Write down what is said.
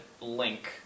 Link